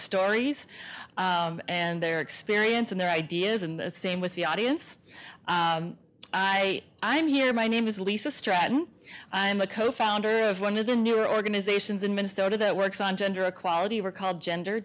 stories and their experience and their ideas and same with the audience i i'm here my name is lisa stratton i'm a co founder of one of the newer organizations in minnesota that works on gender equality we're called gender